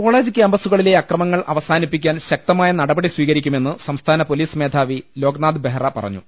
college ക്യാമ്പസുകളിലെ അക്രമങ്ങൾ അവസാനിപ്പിക്കാൻ ശക്തമായ നടപടി സ്വീകരിക്കു മെന്ന് സംസ്ഥാന പൊലീസ് മേധാവി ലോക്നാഥ് ബെഹ്റ പറഞ്ഞു